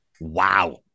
Wow